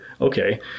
okay